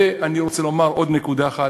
ואני רוצה לומר עוד נקודה אחת.